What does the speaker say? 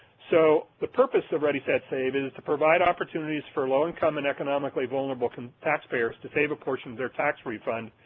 so the purpose of ready, set, save is to provide opportunities for low income and economically vulnerable taxpayers to save a portion of their tax refund,